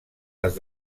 les